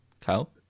Kyle